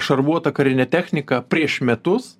šarvuota karinė technika prieš metus